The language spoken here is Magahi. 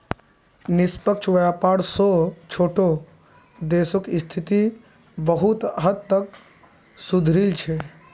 निष्पक्ष व्यापार स छोटो देशक स्थिति बहुत हद तक सुधरील छ